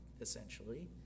essentially